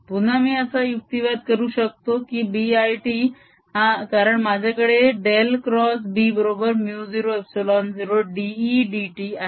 पुन्हा मी असा युक्तिवाद करू शकतो की B l t कारण माझ्याकडे डेल क्रॉस B बरोबर μ0ε0 dE dt आहे